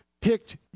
picked